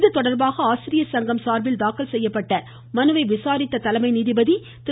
இதுதொடர்பாக ஆசிரியர் சங்கம் சார்பில் தாக்கல் செய்யப்பட்ட மனுவை விசாரித்த தலைமை நீதிபதி திரு